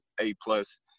A-plus